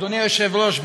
אדוני היושב-ראש,